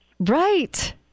Right